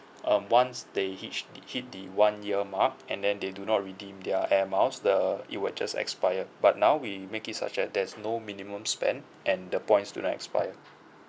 um once they hit hit the one year mark and then they do not redeem their air miles the it will just expire but now we make it such that there's no minimum spend and the points don't expire